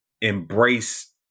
embrace